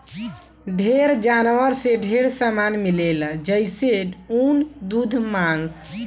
ढेर जानवर से ढेरे सामान मिलेला जइसे ऊन, दूध मांस